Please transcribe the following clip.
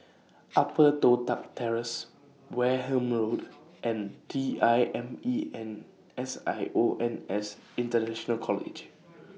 Upper Toh Tuck Terrace Wareham Road and D I M E N S I O N S International College